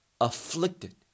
afflicted